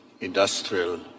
industrial